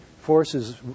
forces